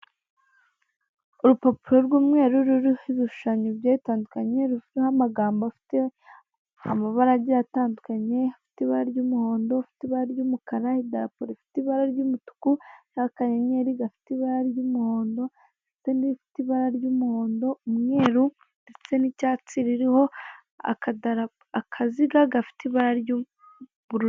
Urupapuro rw'umweru ruriho ibishushanyo bigiye bitandukanye, rufiteho amagambo afiteho amabara agiye atandukanye, afite ibara ry'umuhondo, afite ibara ry'umukara, idarapo rifite ibara ry'umutuku n'akanyenyeri gafite ibara ry'umuhondo ndetse n'ibara ry'umuhondo, umweru ndetse n'icyatsi ririho akaziga gafite ibara ry'ubururu.